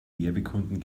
werbekunden